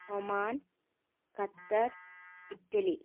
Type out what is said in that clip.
Oman Qatar Italy